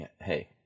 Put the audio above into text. Hey